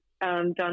done